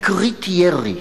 "תקרית ירי".